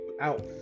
out